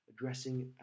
addressing